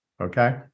okay